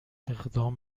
اقدام